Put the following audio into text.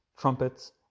trumpets